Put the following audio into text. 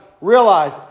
realize